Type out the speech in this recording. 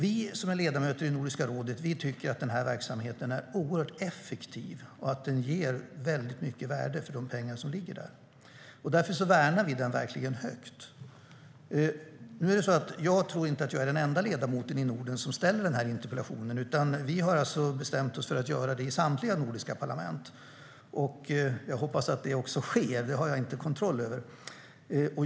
Vi som är ledamöter i Nordiska rådet tycker att denna verksamhet är oerhört effektiv och att den ger ett stort värde för de pengar som ligger där. Därför värnar vi den mycket. Jag tror inte att jag är den enda ledamoten i Norden som ställer denna interpellation. Vi har bestämt oss för att göra det i samtliga nordiska parlament. Jag hoppas att det också sker. Det har jag inte kontroll över.